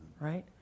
right